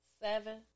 seven